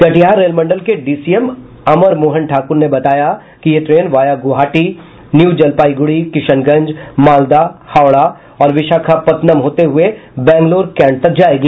Katihar rail मंडल के DCM Amar Mohan Thakur ने बताया कि यह ट्रेन वाया गुवाहाटी न्यूजलपाईगुड़ी किशनगंज मालदह हावड़ा और विशाखापटनम होते हुए बंगलोर कैंट तक जाएगी